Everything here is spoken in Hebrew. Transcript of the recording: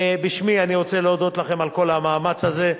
בשמי אני רוצה להודות לכם על כל המאמץ הזה.